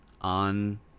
on